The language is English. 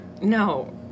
No